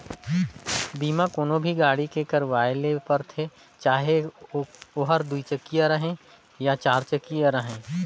बीमा कोनो भी गाड़ी के करवाये ले परथे चाहे ओहर दुई चकिया रहें या चार चकिया रहें